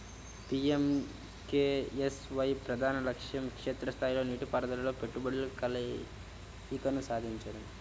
PMKSY ప్రధాన లక్ష్యం క్షేత్ర స్థాయిలో నీటిపారుదలలో పెట్టుబడుల కలయికను సాధించడం